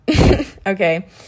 okay